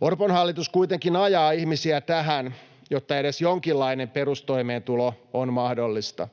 Orpon hallitus kuitenkin ajaa ihmisiä tähän, jotta edes jonkinlainen perustoimeentulo on mahdollista.